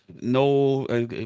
no